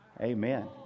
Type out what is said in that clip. Amen